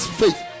faith